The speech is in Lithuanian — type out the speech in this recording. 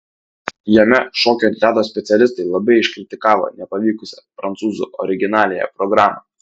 jame šokių ant ledo specialistai labai iškritikavo nepavykusią prancūzų originaliąją programą